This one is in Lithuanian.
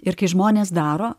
ir kai žmonės daro